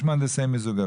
יש מהנדסי מיזוג אוויר?